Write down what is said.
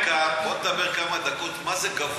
בוא נדבר כמה דקות מה זה גבוה.